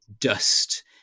dust